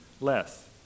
less